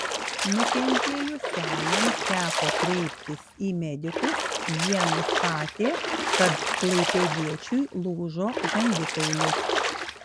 nukentėjusiajam teko kreiptis į medikus jie nustatė kad klaipėdiečiui lūžo žandikaulis